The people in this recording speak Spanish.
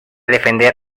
defender